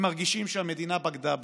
הם מרגישים שהמדינה בגדה בהם.